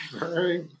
Right